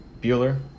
Bueller